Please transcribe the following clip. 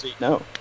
No